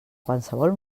qualsevol